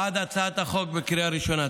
אבקש להצביע בעד הצעת החוק בקריאה ראשונה.